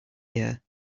year